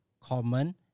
common